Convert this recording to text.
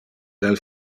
del